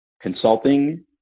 consulting